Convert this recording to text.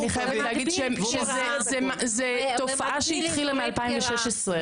אני חייבת להגיש שזו תופעה שהתחילה מ-2016,